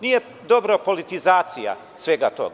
Nije dobra politizacija svega toga.